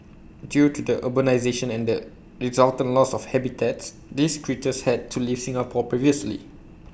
due to the urbanisation and the resultant loss of habitats these critters had to leave Singapore previously